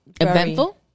Eventful